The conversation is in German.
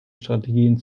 strategien